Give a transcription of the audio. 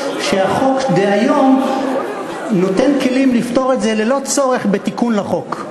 שהחוק דהיום נותן כלים לפתור את זה ללא צורך בתיקון לחוק,